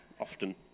often